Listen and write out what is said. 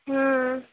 হুম